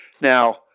Now